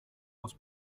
aus